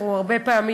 אנחנו הרבה פעמים